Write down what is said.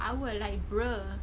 I will like bro